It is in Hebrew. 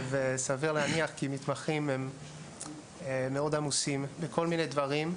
וההנחה של זה היא כי מתמחים מאוד עמוסים בכל מיני דברים,